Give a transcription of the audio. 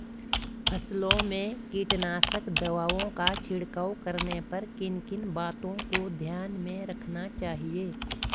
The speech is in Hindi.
फसलों में कीटनाशक दवाओं का छिड़काव करने पर किन किन बातों को ध्यान में रखना चाहिए?